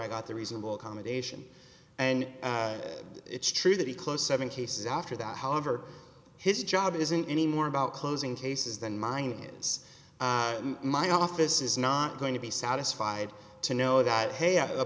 i got the reasonable accommodation and it's true that he close seven cases after that however his job isn't any more about closing cases than mine is my office is not going to be satisfied to know that h